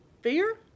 fear